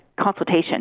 consultation